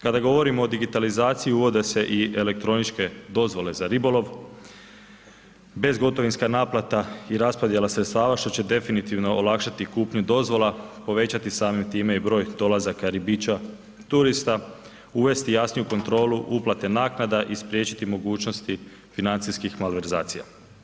Kada govorimo o digitalizaciji uvodi se i elektroničke dozvole za ribolov, bezgotovinska naplata i raspodjela sredstava što će definitivno olakšati kupnju dozvola, povećati samim time i broj dolazaka ribića turista, uvesti jasniju kontrolu uplate naknada i spriječiti mogućnosti financijskih malverzacija.